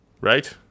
Right